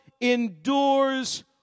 endures